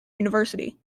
university